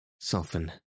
soften